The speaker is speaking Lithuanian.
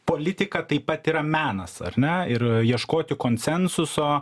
politika taip pat yra menas ar ne ir ieškoti konsensuso